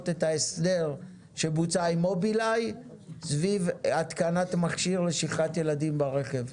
את ההסדר שבוצע עם מובילאיי סביב התקנת מכשיר לשכחת ילדים ברכב.